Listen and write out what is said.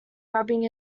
rubbing